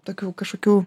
tokių kažkokių